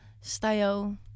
style